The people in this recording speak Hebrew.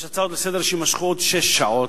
יש הצעות לסדר שיימשכו עוד שש שעות,